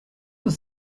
your